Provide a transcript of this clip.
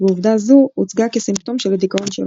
ועובדה זו הוצגה כסימפטום של הדיכאון שלו.